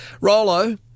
Rolo